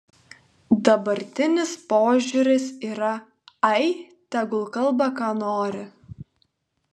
dabartinis požiūris yra ai tegul kalba ką nori